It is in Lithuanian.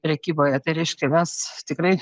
prekyboje tai reiškia mes tikrai